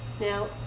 Now